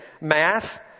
math